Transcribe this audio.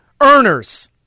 earners